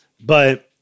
But-